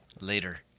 later